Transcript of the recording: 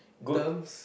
terms